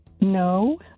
No